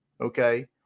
okay